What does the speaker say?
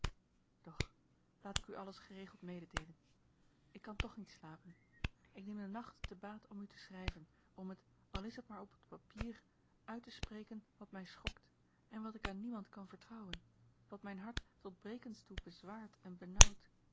doch laat ik u alles geregeld meedeelen ik kan toch niet slapen ik neem den nacht te baat om u te schrijven om het al is het maar op het papier uit te spreken wat mij schokt en wat ik aan niemand kan vertrouwen wat mijn hart tot brekens toe bezwaart en